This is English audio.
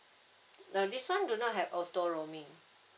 no this one do not have auto roaming